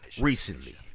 Recently